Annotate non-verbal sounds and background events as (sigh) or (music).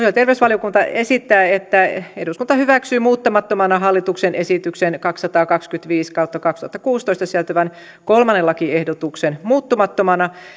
(unintelligible) ja terveysvaliokunta esittää että eduskunta hyväksyy muuttamattomana hallituksen esitykseen kaksisataakaksikymmentäviisi kautta kahdentuhannenkuudentoista sisältyvän kolmannen lakiehdotuksen